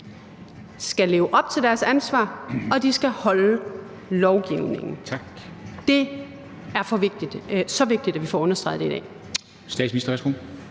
skal leve op til deres ansvar og de skal holde lovgivningen. Det er så vigtigt, at vi får understreget det i dag.